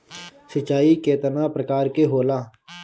सिंचाई केतना प्रकार के होला?